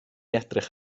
edrych